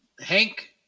Hank